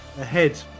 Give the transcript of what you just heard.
ahead